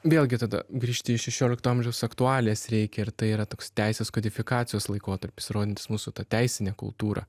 vėlgi tada grįžti į šešiolikto amžiaus aktualijas reikia ir tai yra toks teisės kodifikacijos laikotarpis rodantis mūsų teisinę kultūrą